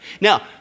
Now